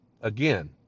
again